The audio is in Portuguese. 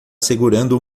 segurando